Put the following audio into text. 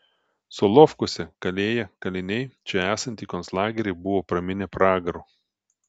solovkuose kalėję kaliniai čia esantį konclagerį buvo praminę pragaru